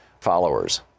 followers